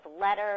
letters